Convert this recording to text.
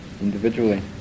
individually